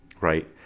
right